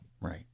Right